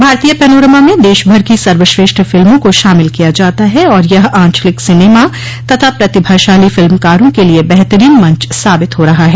भारतीय पैनोरमा में देशभर की सर्वश्रेष्ठ फिल्मों का शामिल किया जाता है और यह ऑचलिक सिनेमा तथा प्रतिभाशाली फिल्मकारो के लिए बेहतरीन मंच साबित हो रहा है